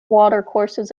watercourses